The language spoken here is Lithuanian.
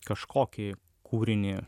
kažkokį kūrinį